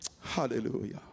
Hallelujah